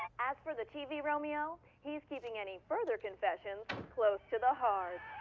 as for the tv romeo, he's keeping any further confessions close to the heart.